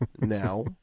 now